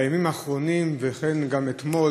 תודה רבה, בימים האחרונים, וגם אתמול,